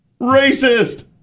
racist